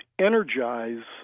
energize